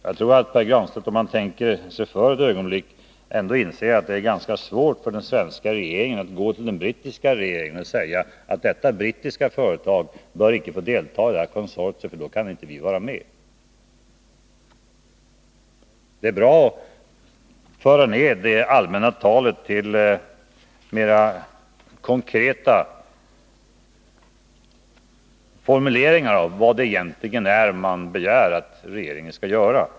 Jag tror f. ö. att Pär Granstedt, om han tänker sig för ett ögonblick, inser att det är ganska svårt för den svenska regeringen att vända sig till den brittiska regeringen med ett uttalande innebärande att det brittiska företaget icke bör få delta i oljeletningskonsortiet i den mellersta delen av Nordsjön. Det är bra att då och då föra ned det allmänna talet till mera konkreta formuleringar om vad man egentligen begär att regeringen skall göra.